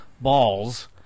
balls